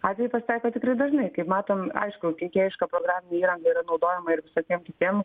atvejų pasitaiko tikrai dažnai kaip matom aišku kenkėjiška programinė įranga yra naudojama ir visokiem kitiem